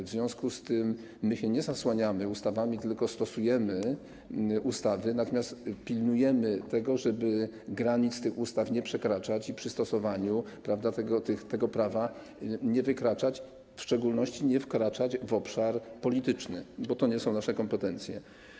W związku z tym my się nie zasłaniamy ustawami, tylko stosujemy ustawy, natomiast pilnujemy tego, żeby granic tych ustaw nie przekraczać i przy stosowaniu tego prawa nie wykraczać... w szczególności nie wkraczać w obszar polityczny, bo to nie są nasze kompetencje.